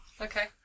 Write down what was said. Okay